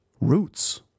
roots